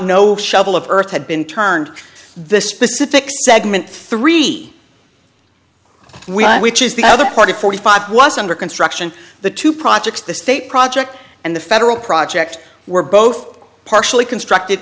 know shovel of earth had been turned this specific segment three wheel which is the other party forty five was under construction the two projects the state project and the federal project were both partially constructed